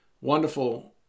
wonderful